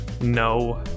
No